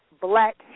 black